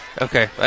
Okay